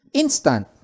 instant